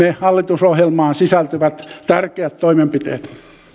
hallitusohjelmaan sisältyvät tärkeät toimenpiteet